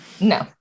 no